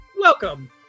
welcome